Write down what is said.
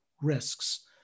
risks